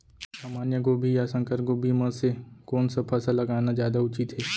सामान्य गोभी या संकर गोभी म से कोन स फसल लगाना जादा उचित हे?